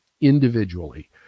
individually